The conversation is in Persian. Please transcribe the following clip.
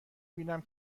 بینم